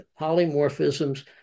polymorphisms